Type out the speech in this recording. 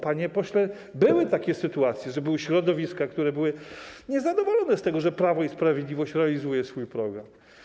Panie pośle, były takie sytuacje - są środowiska niezadowolone z tego, że Prawo i Sprawiedliwość realizuje swój program.